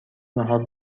ناهار